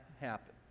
happen